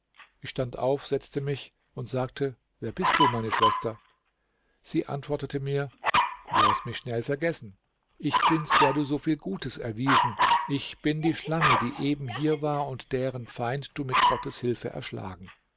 ich stand auf setzte mich und sagte wer bist du meine schwester sie antwortete mir du hast mich schnell vergessen ich bin's der du so viel gutes erwiesen ich bin die schlange die eben hier war und deren feind du mit gottes hilfe erschlagen